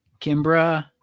Kimbra